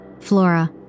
Flora